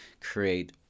create